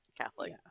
catholic